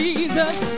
Jesus